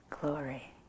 glory